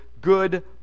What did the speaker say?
good